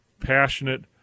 passionate